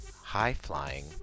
high-flying